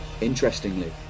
Interestingly